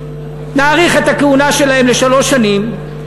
נאריך את הכהונה שלהם בשלוש שנים.